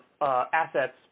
assets